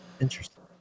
Interesting